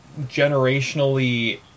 generationally